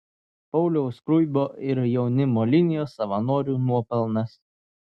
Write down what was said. pauliaus skruibio ir jaunimo linijos savanorių nuopelnas